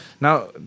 now